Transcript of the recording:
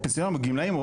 או גמלאים,